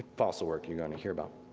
fossil work, you're gonna hear about.